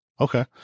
okay